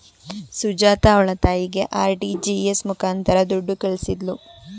ಸುಜಾತ ಅವ್ಳ ತಾಯಿಗೆ ಆರ್.ಟಿ.ಜಿ.ಎಸ್ ಮುಖಾಂತರ ದುಡ್ಡು ಕಳಿಸಿದ್ಲು